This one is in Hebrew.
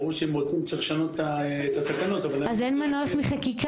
ברור שאם רוצים צריך לשנות את התקנות --- אז אין מנוס מחקיקה.